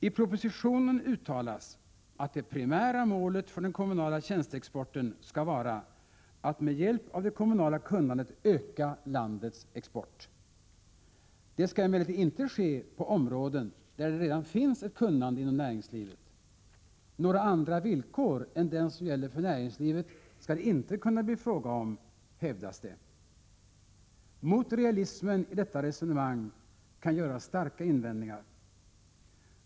I propositionen uttalas att det primära målet för den kommunala tjänsteexporten skall vara att med hjälp av det kommunala kunnandet öka landets export. Det skall emellertid inte ske på områden, där det redan finns ett kunnande inom näringslivet. Några andra villkor än dem som gäller för näringslivet skall det inte kunna bli fråga om, hävdas det. Mot realismen i detta resonemang kan göras starka invändningar.